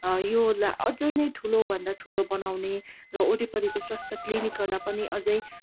योलाई अझै नै ठुलोभन्दा ठुलो बनाउने र वरिपरिको स्वास्थ्य क्लिनिकहरूलाई पनि अझै